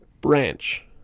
branch